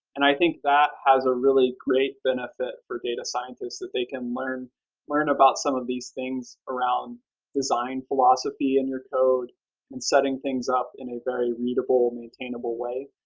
and i think that has a really great benefit for data scientists, that they can learn learn about some of these things around design philosophy in your code and setting things up in a very readable, maintainable way.